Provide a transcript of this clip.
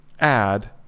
add